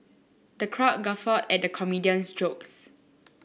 the crowd guffawed at the comedian's jokes